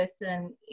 person